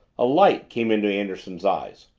a light came into anderson's eyes.